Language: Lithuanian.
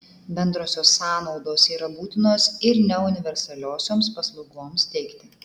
bendrosios sąnaudos yra būtinos ir neuniversaliosioms paslaugoms teikti